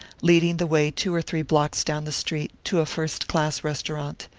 leading the way two or three blocks down the street, to a first-class restaurant.